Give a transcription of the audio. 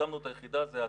הקמנו את היחידה זה עתה.